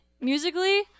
musically